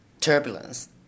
turbulence